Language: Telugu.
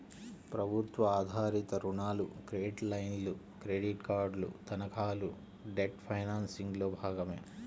ప్రభుత్వ ఆధారిత రుణాలు, క్రెడిట్ లైన్లు, క్రెడిట్ కార్డులు, తనఖాలు డెట్ ఫైనాన్సింగ్లో భాగమే